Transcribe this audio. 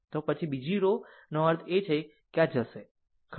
તો બીજી રો નો અર્થ એ કે આ જશે ખરું